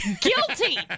Guilty